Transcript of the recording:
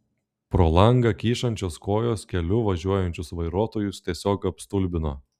pro langą kyšančios kojos keliu važiuojančius vairuotojus tiesiog apstulbino